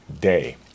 day